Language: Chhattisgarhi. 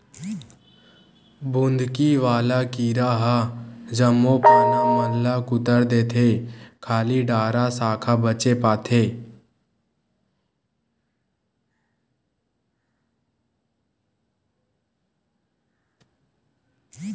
बुंदकी वाला कीरा ह जम्मो पाना मन ल कुतर देथे खाली डारा साखा बचे पाथे